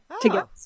together